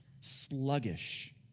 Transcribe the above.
sluggish